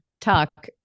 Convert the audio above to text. talk